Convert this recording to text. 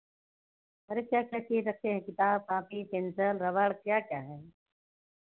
अरे क्या क्या चीज़ रखते हैं किताब कॉपी पेन्सिल रबड़ क्या क्या है